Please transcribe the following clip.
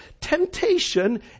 temptation